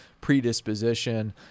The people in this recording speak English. predisposition